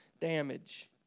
damage